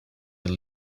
who